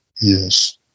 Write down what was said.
Yes